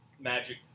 magic